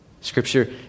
Scripture